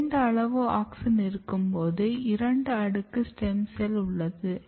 குறைந்த அளவு ஆக்ஸின் இருக்கும்போது இரண்டு அடுக்கு ஸ்டெம் செல் உள்ளது